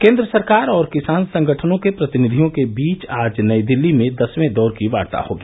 केन्द्र सरकार और किसान संगठनों के प्रतिनिधियों के बीच आज नई दिल्ली में दसवें दौर की वार्ता होगी